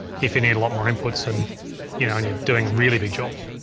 if you need a lot more inputs and you know you're doing really big jobs.